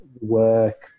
work